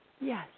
Yes